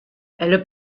elle